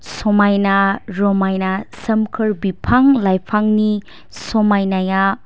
समायना रमायना सोमखोर बिफां लाइफांनि समायनाया